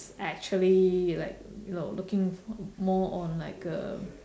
actually like you know looking more on like a